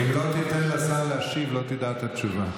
אם לא תיתן לשר להשיב, לא תדע את התשובה.